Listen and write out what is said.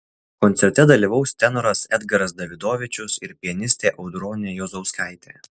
koncerte dalyvaus tenoras edgaras davidovičius ir pianistė audronė juozauskaitė